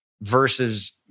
Versus